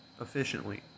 efficiently